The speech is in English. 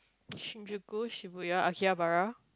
Shinjuku Shibuya Akihabara